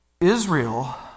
Israel